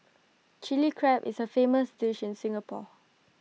Chilli Crab is A famous dish in Singapore